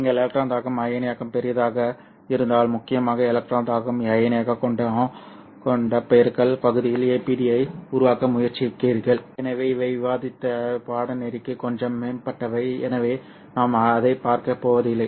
நீங்கள் எலக்ட்ரான் தாக்கம் அயனியாக்கம் பெரிதாக இருந்தால் முக்கியமாக எலக்ட்ரான் தாக்கம் அயனியாக்கம் கொண்ட பெருக்கல் பகுதியில் APD ஐ உருவாக்க முயற்சிக்கிறீர்கள் எனவே இவை விவாதிக்க பாடநெறிக்கு கொஞ்சம் மேம்பட்டவை எனவே நாம் அதைப் பார்க்கப் போவதில்லை